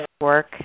work